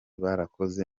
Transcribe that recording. barakoze